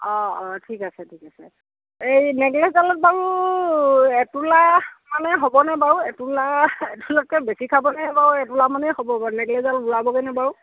অ অ ঠিক আছে ঠিক আছে এই নেকলেচডালত বাৰু এতোলা মানেই হ'বনে বাৰু এতোলা এতোলাতকৈ বেছি খাবনে বাৰু এতোলামানেই হ'বগৈ নেকলেচডাল ওলাবগৈনে বাৰু